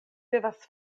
devas